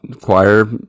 choir